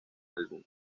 álbum